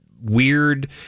weird